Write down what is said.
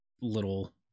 little